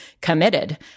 committed